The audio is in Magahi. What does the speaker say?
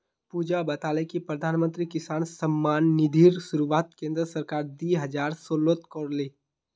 पुजा बताले कि प्रधानमंत्री किसान सम्मान निधिर शुरुआत केंद्र सरकार दी हजार सोलत कर ले